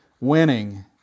winning